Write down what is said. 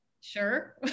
Sure